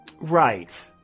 Right